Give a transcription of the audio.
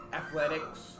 athletics